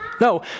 No